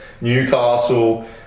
Newcastle